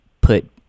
put